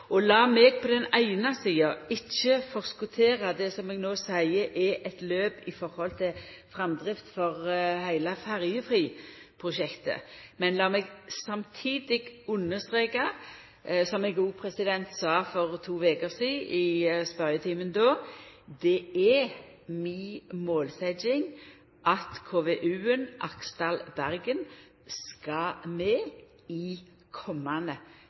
meg på den eine sida ikkje forskottera det som eg no seier er eit løp for framdrifta i heile Ferjefri-prosjektet. Men lat meg på den andre sida samtidig understreka, som eg òg sa i spørjetimen for to veker sidan: Det er mi målsetjing at KVU-en Aksdal–Bergen skal med i